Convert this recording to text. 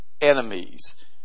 enemies